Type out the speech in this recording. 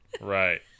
Right